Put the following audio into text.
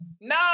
No